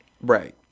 Right